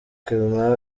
clement